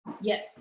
Yes